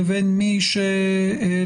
לבין מי שלצערנו,